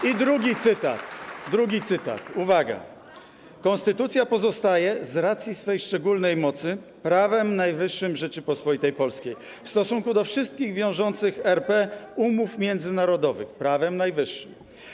I drugi cytat, uwaga: Konstytucja pozostaje, z racji swej szczególnej mocy, prawem najwyższym Rzeczypospolitej Polskiej w stosunku do wszystkich wiążących RP umów międzynarodowych - prawem najwyższym.